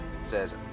says